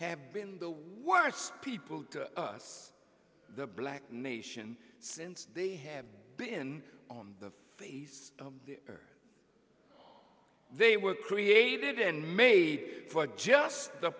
have been the worst people to us the black nation since they have been on the face they were created in may for just the